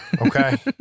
okay